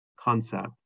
concept